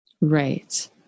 Right